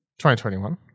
2021